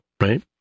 right